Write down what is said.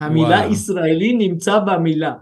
המילה ישראלי נמצא במילה.